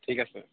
ঠিক আছে